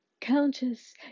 Countess